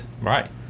Right